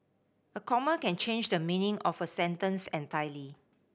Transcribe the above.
a comma can change the meaning of a sentence entirely